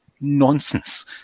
nonsense